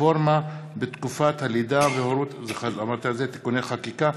רפורמה בתקופת הלידה וההורות (תיקוני חקיקה),